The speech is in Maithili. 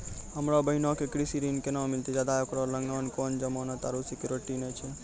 हमरो बहिनो के कृषि ऋण केना मिलतै जदि ओकरा लगां कोनो जमानत आरु सिक्योरिटी नै छै?